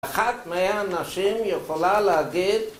אחת מאה נשים יכולה להגיד